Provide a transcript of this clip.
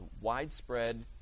widespread